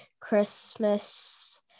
Christmas